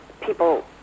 people